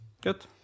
good